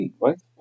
Right